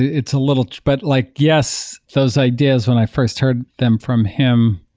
it's a little but like yes, those ideas when i first heard them from him,